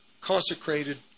consecrated